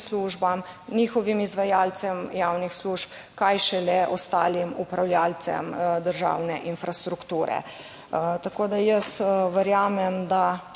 službam, njihovim izvajalcem javnih služb, kaj šele ostalim upravljavcem državne infrastrukture. Tako da jaz verjamem, da,